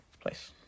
place